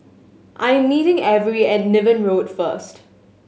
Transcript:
I'm meeting Averi at Niven Road first